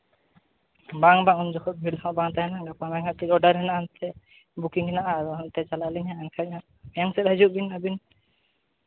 ᱵᱟᱝ ᱵᱟᱝ ᱩᱱ ᱡᱚᱠᱷᱚᱡ ᱵᱷᱤᱲ ᱵᱟᱝ ᱛᱟᱦᱮᱱᱟ ᱜᱟᱯᱟ ᱢᱮᱭᱟᱝ ᱦᱟᱸᱜ ᱢᱤᱫᱴᱤᱡ ᱚᱰᱟᱨ ᱢᱮᱱᱟᱜᱼᱟ ᱚᱱᱛᱮ ᱵᱩᱠᱤᱝ ᱢᱮᱱᱟᱜᱼᱟ ᱚᱱᱛᱮ ᱪᱟᱞᱟᱜ ᱟᱹᱞᱤᱧ ᱮᱱᱠᱷᱟᱡ ᱦᱟᱸᱜ ᱛᱟᱭᱚᱢ ᱥᱮᱫ ᱦᱤᱡᱩᱜ ᱵᱤᱱ ᱟᱹᱵᱤᱱ